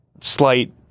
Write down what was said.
slight